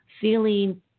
feeling